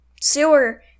sewer